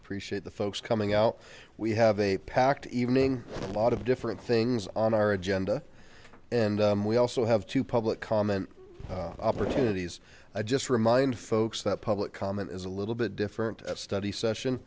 appreciate the folks coming out we have a packed evening a lot of different things on our agenda and we also have to public comment opportunities i just remind folks that public comment is a little bit different a study session